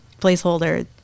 placeholder